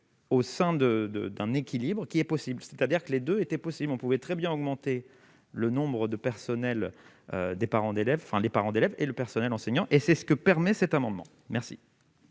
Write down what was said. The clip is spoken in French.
de de d'un équilibre qui est possible, c'est-à-dire que les 2 étaient possibles, on pouvait très bien augmenter le nombre de personnels, des parents d'élèves, enfin, les parents d'élèves et le personnel enseignant et c'est ce que permet cet amendement merci.